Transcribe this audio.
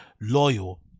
loyal